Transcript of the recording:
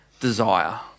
desire